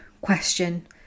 question